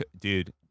dude